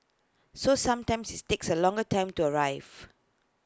so sometimes IT takes A longer time to arrive